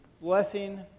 blessing